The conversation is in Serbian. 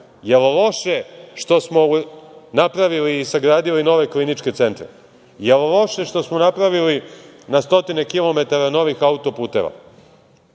je loše što smo napravili i sagradili nove kliničke centre? Da li je loše što smo napravili na stotine kilometara novih autoputeva?